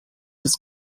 des